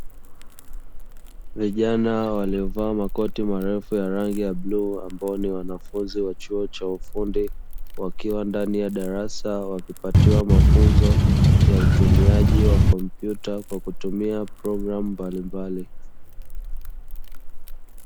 Vijana waliovaa makoti marefu ya rangi ya bluu ambao ni wanafunzi wa chuo cha ufundi wakiwa ndani ya darasa wakipatiwa mafunzo ya utumiaji wa kompyuta kwa kutumia programu mbalimbali.